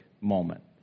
moment